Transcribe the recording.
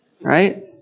Right